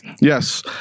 Yes